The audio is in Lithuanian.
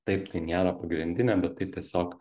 taip tai nėra pagrindinė bet tai tiesiog